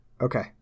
Okay